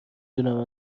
دونم